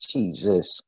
Jesus